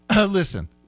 Listen